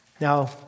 Now